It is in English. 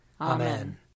Amen